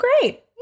great